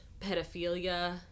pedophilia